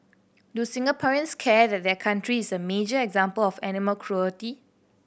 do Singaporeans care that their country is a major example of animal cruelty